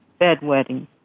Bedwetting